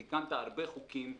תיקנת הרבה חוקים,